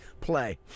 play